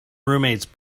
roommate’s